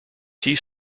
tea